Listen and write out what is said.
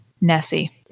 Nessie